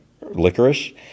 licorice